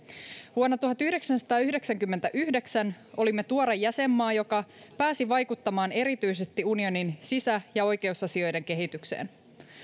vuonna tuhatyhdeksänsataayhdeksänkymmentäyhdeksän olimme tuore jäsenmaa joka pääsi vaikuttamaan erityisesti unionin sisä ja oikeusasioiden kehitykseen